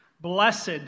Blessed